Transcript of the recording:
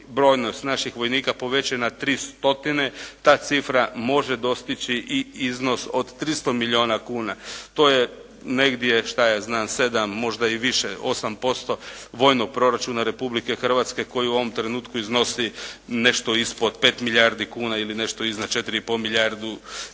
brojnost naših vojnika poveća na 300, ta cifra može dostići i iznos od 300 milijuna kuna. To je negdje, što ja znam, 7, možda i više, 8% vojnog proračuna Republike Hrvatske koji u ovom trenutku iznosi nešto ispod 5 milijardi kuna, ili nešto iznad 4,5 milijarde